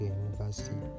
university